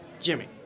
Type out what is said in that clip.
Jimmy